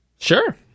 Sure